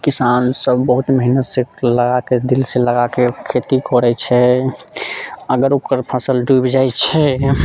किसान सभ बहुत मेहनत से लगाके दिल से लगाके खेती करैत छै अगर ओकर फसल डूबि जाइत छै